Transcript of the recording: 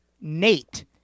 Nate